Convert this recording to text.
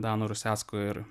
dano rusecko ir